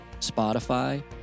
Spotify